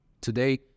Today